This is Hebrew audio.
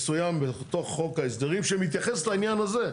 מסוים בתוך חוק ההסדרים שמתייחס לעניין הזה.